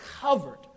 covered